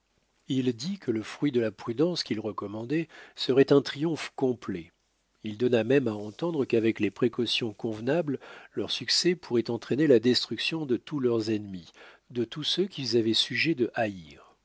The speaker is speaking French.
il dit que le fruit de la prudence qu'il recommandait serait un triomphe complet il donna même à entendre qu'avec les précautions convenables leur succès pourrait entraîner la destruction de tous leurs ennemis de tous ceux qu'ils avaient sujet de haïr